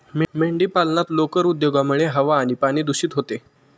मेंढीपालनात लोकर उद्योगामुळे हवा आणि पाणी दूषित होते